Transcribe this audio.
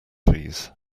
fees